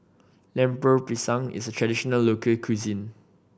Lemper Pisang is a traditional local cuisine